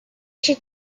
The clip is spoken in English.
she